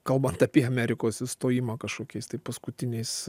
kalbant apie amerikos įstojimą kažkokiais tai paskutiniais